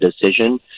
decision